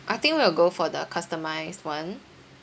I think we'll go for the customised one